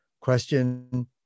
question